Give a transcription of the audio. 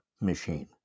machine